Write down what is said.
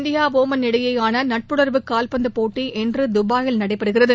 India Oman இடையேயான நட்புணர்வு கால்பந்து போட்டி இன்று தபாயில் நடைபெறுகிறது